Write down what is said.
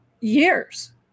years